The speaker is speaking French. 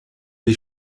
des